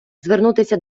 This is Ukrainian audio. звернутися